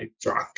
drunk